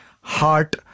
heart